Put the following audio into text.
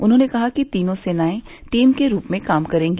उन्होंने कहा कि तीनों सेनाएं टीम के रूप में काम करेंगी